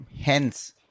hence